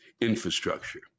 infrastructure